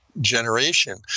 generation